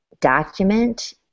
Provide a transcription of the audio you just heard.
document